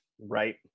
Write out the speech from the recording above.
Right